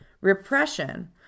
Repression